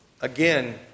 again